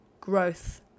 growth